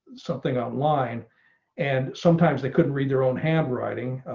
something online and sometimes they couldn't read their own handwriting.